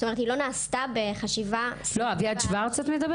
--- את מדברת על אביעד שוורץ?